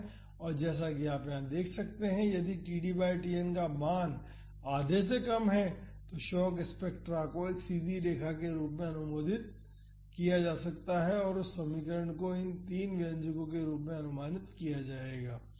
तो जैसा कि आप यहां देख सकते हैं कि यदि td बाई Tn का मान आधे से कम हैं तो शॉक स्पेक्ट्रा को एक सीधी रेखा के रूप में अनुमानित किया जा सकता है और उस समीकरण को इन तीन व्यंजको के रूप में अनुमानित किया जाएगा